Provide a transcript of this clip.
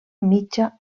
mitja